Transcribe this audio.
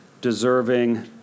deserving